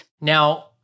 Now